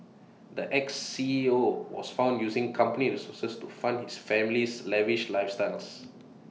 the Ex C E O was found using company resources to fund his family's lavish lifestyles